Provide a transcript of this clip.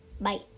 bye